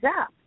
up